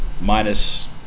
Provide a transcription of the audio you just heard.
Minus